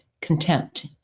contempt